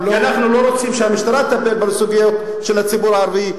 כי אנחנו לא רוצים שהמשטרה תטפל בסוגיות של הציבור הערבי.